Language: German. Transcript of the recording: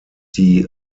die